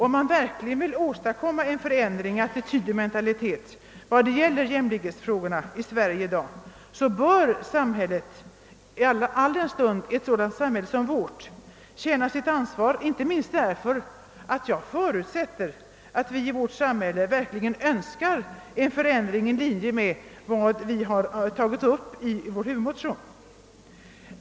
Om man verkligen vill åstadkomma en förändring i attityd och mentalitet när det gäller jämlikhetsfrågorna i Sverige i dag, bör ett samhälle som vårt känna sitt ansvar inte minst därför att jag förutsätter att vi i vårt samhälle verkligen önskar en förändring i linje med vad vi har tagit upp i vår huvudmotion.